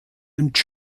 und